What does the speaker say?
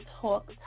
talk